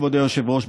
כבוד היושב-ראש,